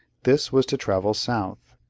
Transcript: this was to travel south,